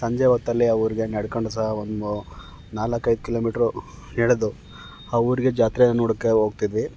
ಸಂಜೆ ಹೊತ್ತಲ್ಲಿ ಆ ಊರಿಗೆ ನಡ್ಕೊಂಡು ಸಹ ನಾಲ್ಕೈದು ಕಿಲೋಮೀಟ್ರ್ ನಡೆದು ಆ ಊರಿಗೆ ಜಾತ್ರೆ ನೋಡೋಕ್ಕೆ ಹೋಗ್ತಿದ್ವಿ